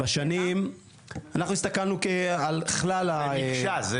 הסתכלנו על כלל התפקידים.